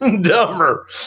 dumber